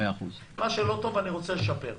מה שלא טוב אני רוצה לשפר.